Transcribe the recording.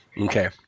Okay